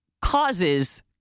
causes